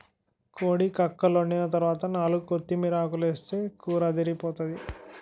కోడి కక్కలోండిన తరవాత నాలుగు కొత్తిమీరాకులేస్తే కూరదిరిపోతాది